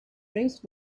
raised